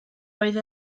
oedd